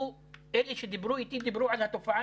אלה שדיברו איתי דיברו על התופעה,